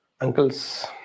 uncles